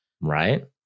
right